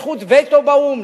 קיבלנו זכות וטו באו"ם,